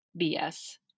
BS